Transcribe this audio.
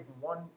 one